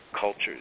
cultures